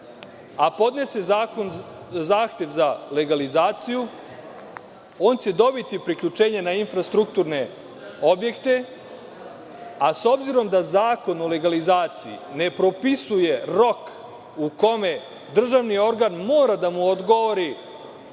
a podnese zahtev za legalizaciju, on će dobiti priključenje na infrastrukturne objekte, ali, s obzirom da zakon o legalizaciji ne propisuje rok u kome državni organ mora da mu odgovori